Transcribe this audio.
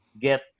get